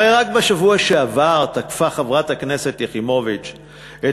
הרי רק בשבוע שעבר תקפה חברת הכנסת יחימוביץ את